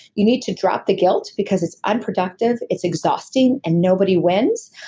you need to drop the guilt because it's unproductive. it's exhausting and nobody wins.